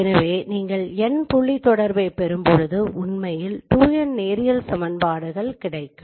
எனவே நீங்கள் n புள்ளி தொடர்பை பெறும்போது உண்மையில் 2n நேரியல் சமன்பாடுகள் கிடைக்கும்